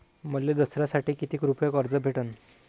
मले दसऱ्यासाठी कितीक रुपये कर्ज भेटन?